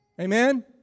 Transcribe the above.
Amen